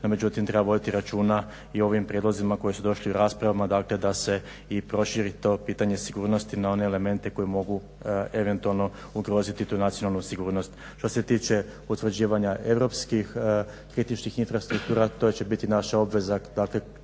međutim treba voditi računa i o ovim prijedlozima koji su došli u raspravama, dakle da se i proširi to pitanje sigurnosti na one elemente koji mogu eventualno ugroziti tu nacionalnu sigurnost. Što se tiče utvrđivanja europskih kritičnih infrastruktura, to će biti naša obveza,